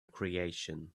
creation